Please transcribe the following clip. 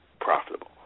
profitable